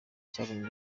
cyabonye